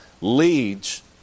leads